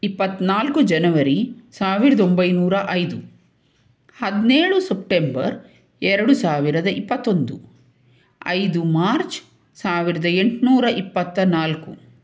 ಇಪ್ಪತ್ತ್ನಾಲ್ಕು ಜನವರಿ ಸಾವಿರದ ಒಂಬೈನೂರ ಐದು ಹದಿನೇಳು ಸೆಪ್ಟೆಂಬರ್ ಎರಡು ಸಾವಿರದ ಇಪ್ಪತ್ತೊಂದು ಐದು ಮಾರ್ಚ್ ಸಾವಿರದ ಎಂಟು ನೂರ ಇಪ್ಪತ್ತನಾಲ್ಕು